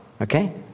Okay